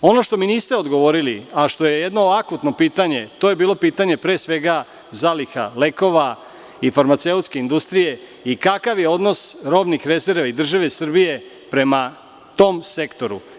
Ono što mi niste odgovorili, a što je jedno akutno pitanje, to je bilo pitanje pre svega zaliha lekova i farmaceutske industrije i kakav je odnos robnih rezervi i države Srbije prema tom sektoru?